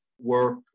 Work